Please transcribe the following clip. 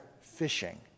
fishing